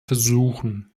versuchen